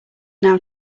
now